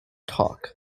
talk